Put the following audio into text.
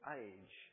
age